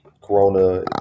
Corona